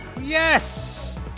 Yes